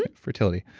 and fertility,